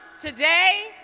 today